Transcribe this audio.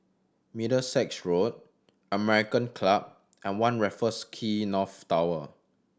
Middlesex Road American Club and One Raffles Quay North Tower